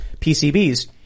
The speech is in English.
PCBs